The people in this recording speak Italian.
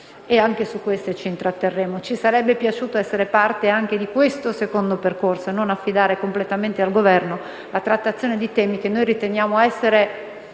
anche su queste ci intratterremo). Ci sarebbe piaciuto essere parte anche di questo secondo percorso e non affidare completamente al Governo la trattazione di temi che riteniamo essere